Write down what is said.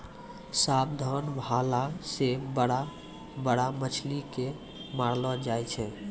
साधारण भाला से बड़ा बड़ा मछली के मारलो जाय छै